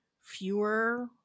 fewer